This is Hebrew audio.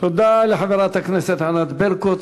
תודה לחברת הכנסת ענת ברקו.